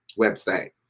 website